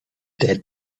dead